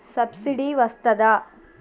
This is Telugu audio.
సబ్సిడీ వస్తదా?